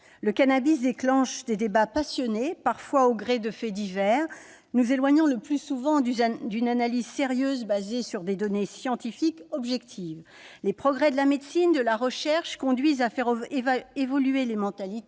Le cannabis déclenche des débats passionnés, parfois au gré des faits divers, ce qui nous éloigne le plus souvent d'une analyse sérieuse et fondée sur des données scientifiques objectives. Les progrès de la médecine et de la recherche conduisent pourtant à faire évoluer les mentalités